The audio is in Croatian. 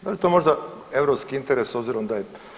Da li je to možda europski interes s obzirom da je